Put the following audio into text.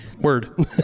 Word